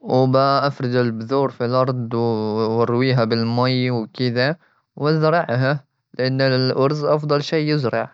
وبأفرد البذور في الأرض، و-وأرويها بالمي وكذا. وأزرعها لأن الأرز أفضل شيء يزرع.